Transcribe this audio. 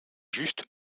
juste